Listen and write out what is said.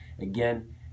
again